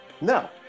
No